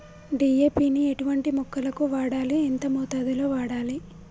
DAP ని ఎటువంటి మొక్కలకు వాడాలి? ఎంత మోతాదులో వాడాలి?